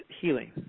healing